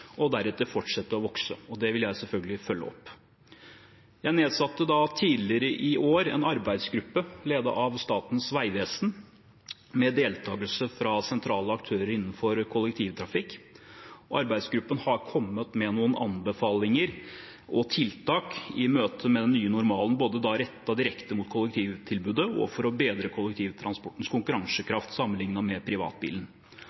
og deretter fortsette å vokse. Det vil jeg selvfølgelig følge opp. Jeg nedsatte tidligere i år en arbeidsgruppe, ledet av Statens vegvesen og med deltagelse fra sentrale aktører innenfor kollektivtrafikk. Arbeidsgruppen har kommet med noen anbefalinger og tiltak i møte med den nye normalen, både rettet direkte mot kollektivtilbudet og for å bedre kollektivtransportens